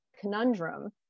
conundrum